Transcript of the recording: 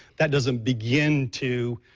that doesn't begin to,